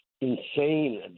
insane